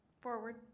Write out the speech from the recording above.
forward